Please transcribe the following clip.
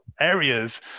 areas